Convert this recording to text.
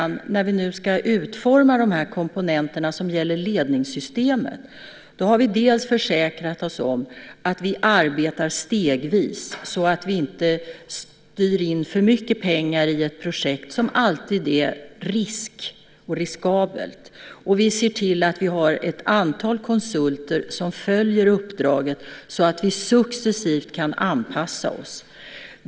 När vi nu ska utforma de komponenter som gäller ledningssystemet har vi försäkrat oss om att vi arbetar stegvis, så att vi inte styr in för mycket pengar i ett projekt, som alltid är riskabelt. Vi ser till att vi har ett antal konsulter som följer uppdraget, så att vi successivt kan anpassa oss.